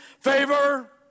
favor